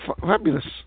fabulous